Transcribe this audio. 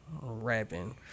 rapping